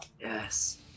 Yes